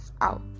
out